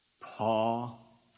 Paul